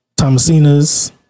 thomasinas